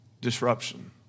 disruption